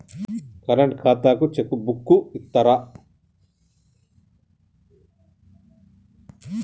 Current ఖాతాకు cheque book ఇత్తరా?